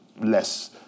less